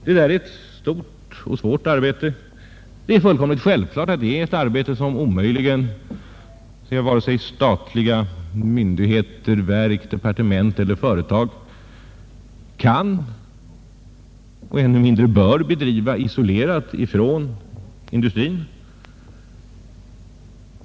Detta är ett stort och svårt arbete, och självklart är att vare sig statliga myndigheter, verk, departement eller företag kan, och ännu mindre bör, bedriva det isolerat från industrin.